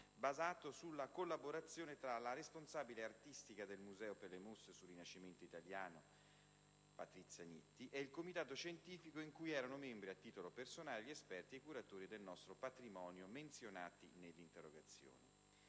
basato sulla collaborazione tra la responsabile artistica del museo per le mostre sul Rinascimento italiano, Patrizia Nitti, e il Comitato scientifico di cui erano membri, a titolo personale, gli esperti e curatori del nostro patrimonio menzionati nell'interrogazione.